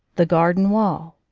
the garden wall.